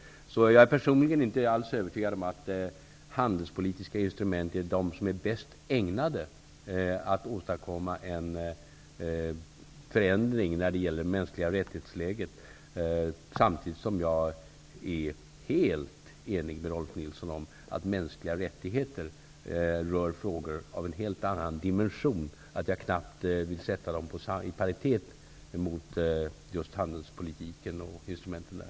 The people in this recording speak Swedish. Jag är personligen inte alls övertygad om att de handelspolitiska instrumenten är bäst ägnade att åstadkomma en förändring när det gäller läget för mänskliga rättigheter. Samtidigt är jag helt enig med Rolf L Nilson om att mänskliga rättigheter rör frågor av en så helt annan dimension att jag knappast vill sätta dem i paritet med handelspolitiken och dess instrument.